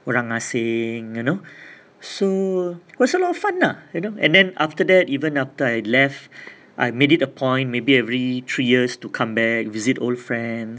orang asing you know so was a lot of fun lah you know and then after that even after I left I made it a point maybe every three years to come back visit old friends